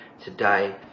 today